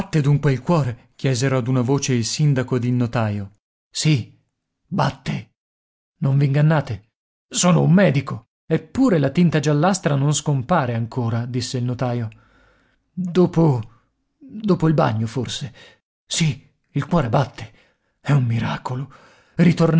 batte dunque il cuore chiesero ad una voce il sindaco ed il notaio sì batte non v'ingannate sono un medico eppure la tinta giallastra non scompare ancora disse il notaio dopo dopo il bagno forse sì il cuore batte è un miracolo